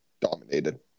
dominated